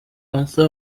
arthur